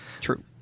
True